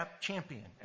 champion